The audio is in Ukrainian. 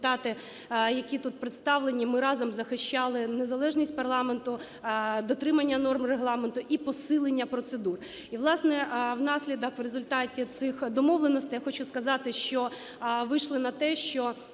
які тут представлені, ми разом захищали незалежність парламенту, дотримання норм Регламенту і посилення процедур. І, власне, внаслідок в результаті цих домовленостей, я хочу сказати, що вийшли на те, що,